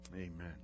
Amen